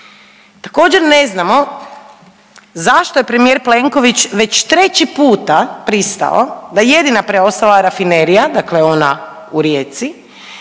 Također ne znamo zašto je premijer Plenković već 3. puta pristao da jedina preostala rafinerija, dakle ona u Rijeci,